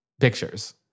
pictures